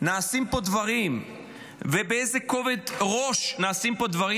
נעשים פה דברים ובאיזה כובד ראש נעשים פה דברים,